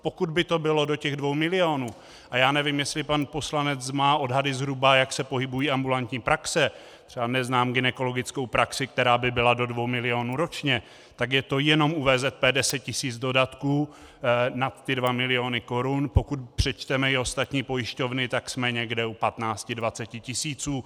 Pokud by to bylo do 2 milionů, a já nevím, jestli pan poslanec má odhady, zhruba jak se pohybují ambulantní praxe, třeba neznám gynekologickou praxi, která by bylo do 2 milionů ročně, tak je to jenom u VZP 10 tisíc dodatků nad ty 2 miliony korun, pokud přičteme i ostatní pojišťovny, tak jsme někde u 15 až 20 tisíc.